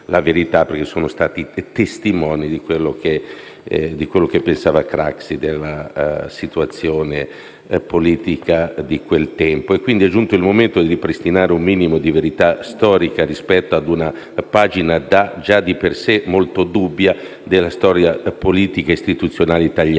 perché sono stati testimoni di quanto pensava Craxi della situazione politica di quel momento. È giunto il momento di ripristinare un minimo di verità storica rispetto a una pagina già di per sé molto dubbia della storia politica e istituzionale italiana,